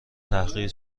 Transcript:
تحقیر